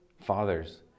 Fathers